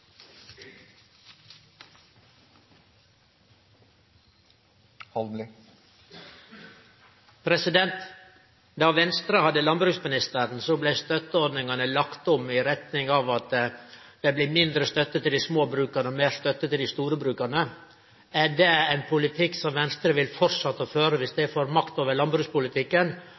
Da Venstre hadde landbruksministeren, blei støtteordningane lagde om i retning av at det blei mindre støtte til dei små bruka og meir støtte til dei store bruka. Er det ein politikk som Venstre framleis vil føre viss dei får makt over landbrukspolitikken?